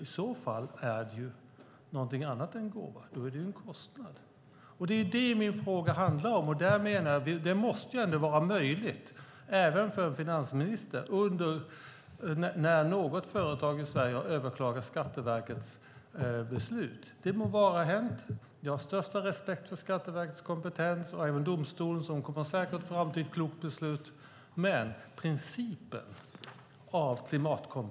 I så fall är det någonting annat än en gåva. Då är det en kostnad. Det är detta min fråga handlar om. Det måste ändå vara möjligt även för finansministern att diskutera principer för klimatkompensation även om det gäller ett företag i Sverige som har överklagat Skatteverkets beslut. Det må vara hänt, och jag har största respekt för Skatteverkets kompetens och även för domstolen som säkert kommer fram till ett klokt beslut.